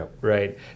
right